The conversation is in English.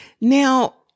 Now